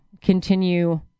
continue